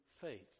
faith